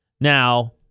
Now